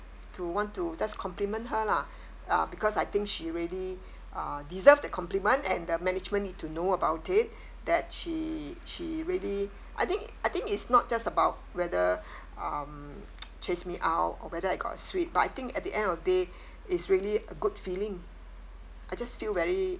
to want to just compliment her lah uh because I think she really uh deserve the compliment and the management need to know about it that she she really I think I think it's not just about whether um chase me out or whether I got suite but I think at the end of the day it's really a good feeling I just feel very